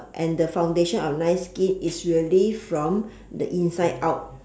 and the foundation of nice skin is really from the inside out